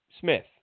Smith